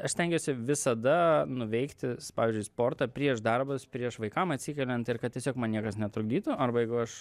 aš stengiuosi visada nuveikti s pavyzdžiui sportą prieš darbus prieš vaikam atsikeliant ir kad tiesiog man niekas netrukdytų arba jeigu aš